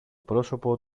πρόσωπο